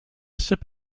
sip